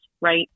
right